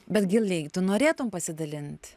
bet giliai tu norėtum pasidalint